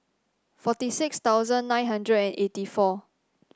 forty six thousand nine hundred and eighty four